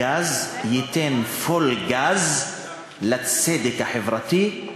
ייתן "פול גז" לצדק החברתי,